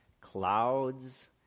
clouds